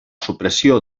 supressió